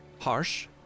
harsh